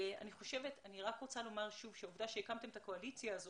אני רוצה לומר שוב שהעובדה שהקמתם את הקואליציה הזאת,